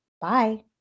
Bye